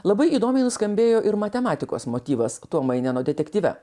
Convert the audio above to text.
labai įdomiai nuskambėjo ir matematikos motyvas tuomaineno detektyve